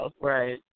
Right